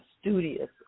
studious